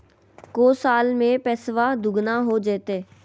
को साल में पैसबा दुगना हो जयते?